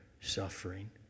suffering